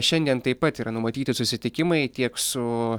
šiandien taip pat yra numatyti susitikimai tiek su